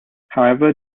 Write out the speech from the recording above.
however